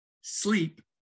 sleep